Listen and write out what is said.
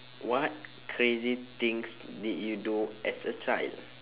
what crazy things did you do as a child